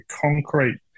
concrete